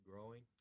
growing